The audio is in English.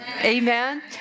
Amen